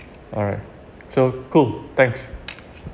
alright so cool thanks